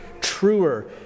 truer